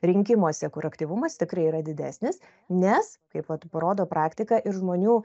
rinkimuose kur aktyvumas tikrai yra didesnis nes kaip vat parodo praktika ir žmonių